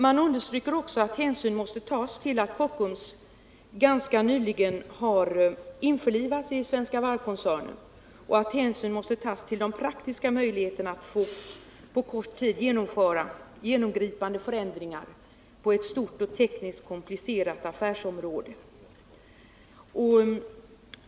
Man understryker också att hänsyn måste tas till att Kockums ganska nyligen har införlivats i Svenska Varv-koncernen och till de praktiska möjligheterna att på kort tid kunna vidta genomgripande förändringar på ett Nr 164 stort och tekniskt komplicerat affärsområde.